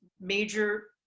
major